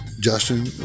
Justin